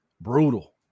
brutal